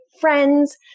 friends